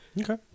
Okay